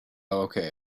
okay